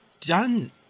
done